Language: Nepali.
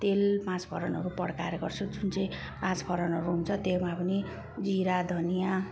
तेल पाँचफोरनहरू पड्काएर गर्छु जुन चाहिँ पाँचफोरनहरू हुन्छ त्यसमा पनि जिरा धनियाँ